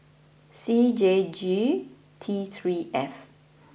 C J G T three F